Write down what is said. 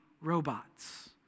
robots